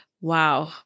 Wow